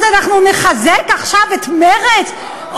אז אנחנו נחזק עכשיו את מרצ?